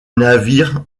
navire